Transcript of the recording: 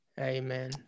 Amen